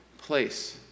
place